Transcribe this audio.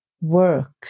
work